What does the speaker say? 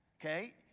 okay